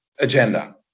agenda